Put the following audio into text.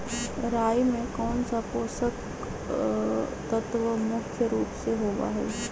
राई में कौन सा पौषक तत्व मुख्य रुप से होबा हई?